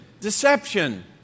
Deception